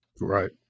Right